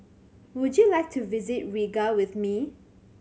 would you like to visit Riga with me